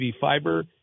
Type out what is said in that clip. Fiber